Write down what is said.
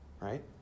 right